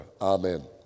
amen